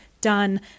done